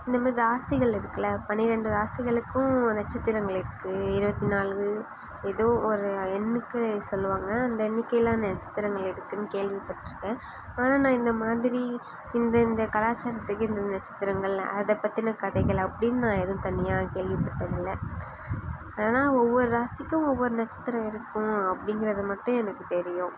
இந்த மாதிரி ராசிகள் இருக்குலே பனிரெண்டு ராசிகளுக்கும் நட்சத்திரங்கள் இருக்குது இருபத்தி நாலு ஏதோ ஒரு எண்ணிக்கை சொல்லுவாங்க அந்த எண்ணிக்கைலாம் நட்சத்திரங்கள் இருக்குனு கேள்விப்பட்டிருக்கேன் ஆனால் நான் இந்த மாதிரி இந்த இந்த கலாச்சாரத்துக்கு இந்த நட்சத்திரங்கள் அதை பற்றின கதைகள் அப்படினு நான் எதுவும் தனியாக நான் கேள்விப்பட்டது இல்லை ஆனால் ஒவ்வொரு ராசிக்கும் ஒவ்வொரு நட்சத்திரம் இருக்கும் அப்படிங்குறது மட்டும் எனக்கு தெரியும்